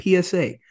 PSA